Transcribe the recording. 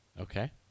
Okay